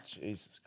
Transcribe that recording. Jesus